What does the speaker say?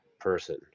person